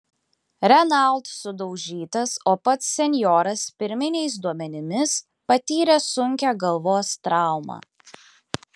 renault sudaužytas o pats senjoras pirminiais duomenimis patyrė sunkią galvos traumą